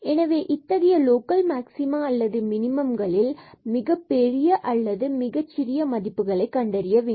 எனவே இத்தகைய local maxima அல்லது லோக்கல் மினிமம்களில் மிகப் பெரிய அல்லது சிறிய மதிப்புகளை கண்டறிய வேண்டும்